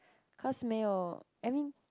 cause mei you I mean